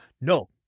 No